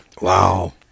Wow